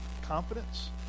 confidence